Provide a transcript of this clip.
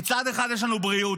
כי מצד אחד יש לנו בריאות,